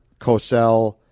Cosell